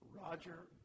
Roger